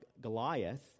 Goliath